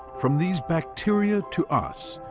from these bacteria to us,